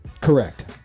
Correct